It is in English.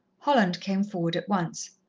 holland came forward at once.